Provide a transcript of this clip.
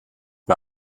mir